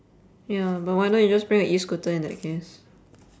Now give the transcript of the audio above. ya but why not you just bring your E-scooter in that case